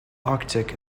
arctic